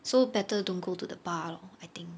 so better don't go to the car lor I think